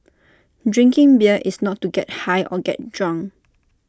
drinking beer is not to get high or get drunk